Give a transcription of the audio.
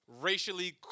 racially